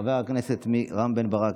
חבר הכנסת רם בן ברק,